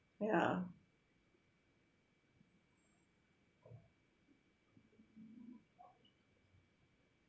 ya